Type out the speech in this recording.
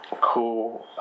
Cool